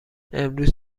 امروز